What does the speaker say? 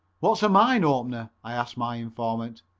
what's a mine opener i asked my informant.